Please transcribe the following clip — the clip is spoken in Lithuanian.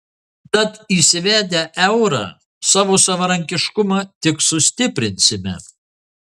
tad įsivedę eurą savo savarankiškumą tik sustiprinsime